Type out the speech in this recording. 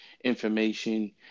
information